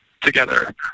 together